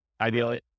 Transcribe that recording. Ideally